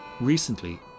Recently